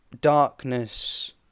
darkness